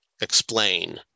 Explain